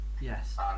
yes